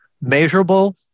measurable